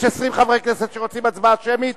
יש 20 חברי כנסת שרוצים הצבעה שמית?